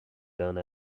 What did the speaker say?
done